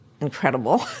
incredible